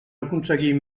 aconseguir